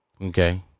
Okay